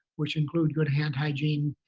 which include good hand hygiene,